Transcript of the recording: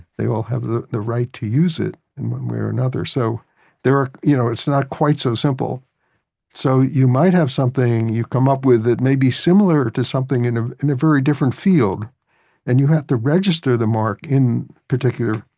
they all have the the right to use it in one way or another. so you know it's not quite so simple so you might have something you come up with it maybe similar to something in ah in a very different field and you have to register the mark in particular,